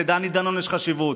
לדני דנון יש חשיבות.